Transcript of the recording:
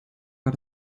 war